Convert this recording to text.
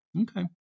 Okay